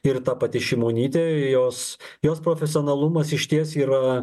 ir ta pati šimonytė jos jos profesionalumas išties yra